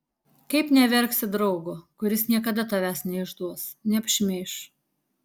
kaip neverksi draugo kuris niekada tavęs neišduos neapšmeiš